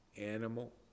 animal